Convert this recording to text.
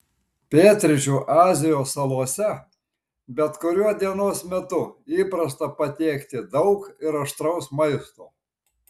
pietryčių azijos salose bet kuriuo dienos metu įprasta patiekti daug ir aštraus maisto